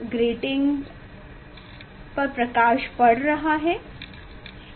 grating पर प्रकाश पड़ रहा है